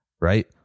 right